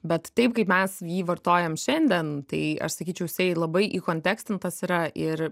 bet taip kaip mes jį vartojam šiandien tai aš sakyčiau jisai labai įkontekstintas yra ir